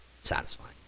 satisfying